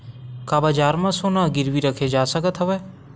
का बजार म सोना गिरवी रखे जा सकत हवय?